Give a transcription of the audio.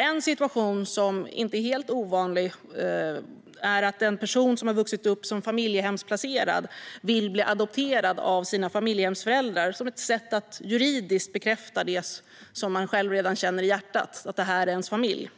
En situation som inte är helt ovanlig är att en person som vuxit upp som familjehemsplacerad vill bli adopterad av sina familjehemsföräldrar som ett sätt att juridiskt bekräfta det som man själv redan känner i hjärtat: att det här är ens familj.